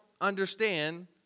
understand